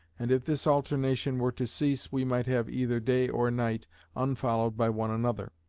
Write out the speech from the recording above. and if this alternation were to cease, we might have either day or night unfollowed by one another.